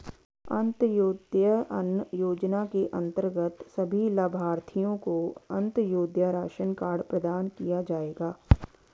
अंत्योदय अन्न योजना के अंतर्गत सभी लाभार्थियों को अंत्योदय राशन कार्ड प्रदान किया जाएगा